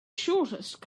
shortest